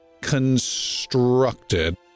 constructed